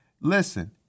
listen